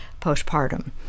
postpartum